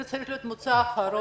זה צריך להיות מוצא אחרון.